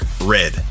red